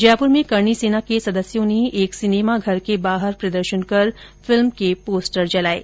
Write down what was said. जयपुर में करणी सेना के सदस्यों ने एक सिनेमाघर के बाहर प्रदर्शन कर फिल्म के पोस्टर जलाये